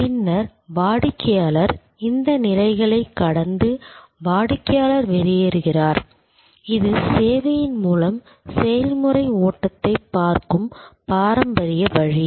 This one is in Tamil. பின்னர் வாடிக்கையாளர் இந்த நிலைகளைக் கடந்து வாடிக்கையாளர் வெளியேறுகிறார் இது சேவையின் மூலம் செயல்முறை ஓட்டத்தைப் பார்க்கும் பாரம்பரிய வழி